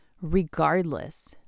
regardless